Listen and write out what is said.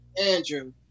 Andrew